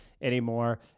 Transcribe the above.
anymore